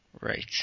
Right